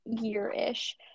year-ish